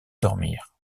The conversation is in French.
dormir